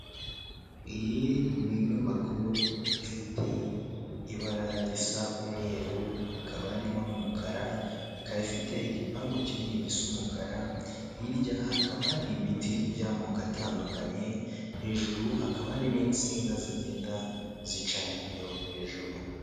Iyi ni inyubako ifite ibara risa umweru hakaba harimo n'umukara, ikaba ifite igipangu kinini gisa umukara, hirya hakaba hari ibiti by'amoko atandukanye, hejuru hakaba hari n'insinga zigenda zicaho hejuru.